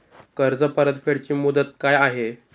कर्ज परतफेड ची मुदत काय आहे?